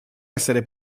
essere